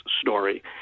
story